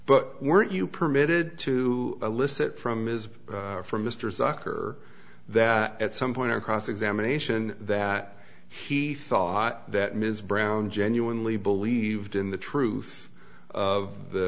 but were you permitted to elicit from is from mr zucker that at some point or cross examination that he thought that ms brown genuinely believed in the truth of the